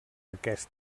aquest